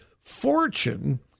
fortune